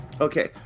okay